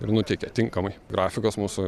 ir nuteikia tinkamai grafikas mūsų